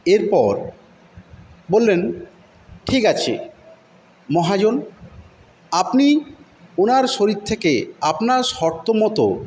এরপর বললেন ঠিক আছে মহাজন আপনি ওনার শরীর থেকে আপনার শর্ত মত